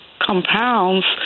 compounds